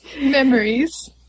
Memories